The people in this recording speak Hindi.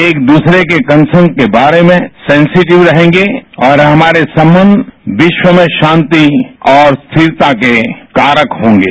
एक दूसरे के कंसर्न के बारे में सेनसिटिव रहेंगे और हमारे संबंध विश्व में शांति और स्थिरता के कारक होंगे